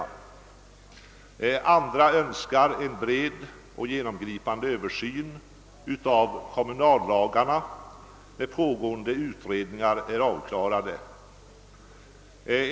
I andra motioner har man Önskat en bred och genomgripande översyn av kommunallagarna när pågående utredningar är avslutade.